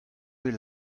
bet